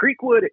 Creekwood